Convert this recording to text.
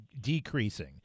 decreasing—